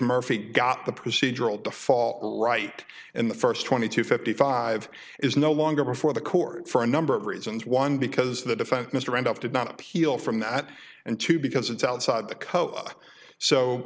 murphy got the procedural default right in the first twenty to fifty five is no longer before the court for a number of reasons one because the defense mr randolph did not heal from that and two because it's outside the c